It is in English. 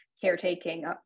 caretaking